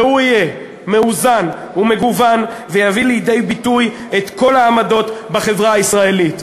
והוא יהיה מאוזן ומגוון ויביא לידי ביטוי את כל העמדות בחברה הישראלית.